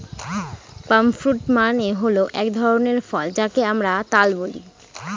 পাম fruit মানে হল এক ধরনের ফল যাকে আমরা তাল বলি